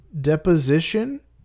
deposition